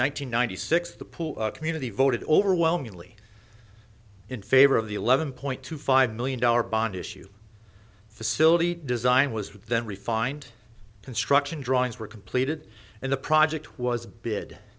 hundred six the pool community voted overwhelmingly in favor of the eleven point two five million dollar bond issue facility design was then refined construction drawings were completed and the project was bid